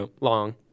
long